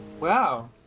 Wow